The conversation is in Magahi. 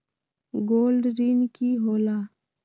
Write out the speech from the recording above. गोल्ड ऋण की होला?